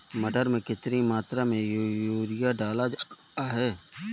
मटर में कितनी मात्रा में यूरिया डाला जाता है?